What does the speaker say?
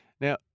Now